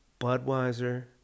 Budweiser